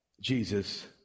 Jesus